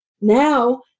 Now